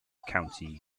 county